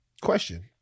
question